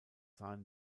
sahen